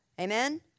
Amen